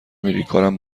میری، کارم